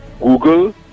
Google